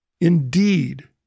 indeed